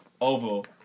Oval